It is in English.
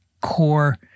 core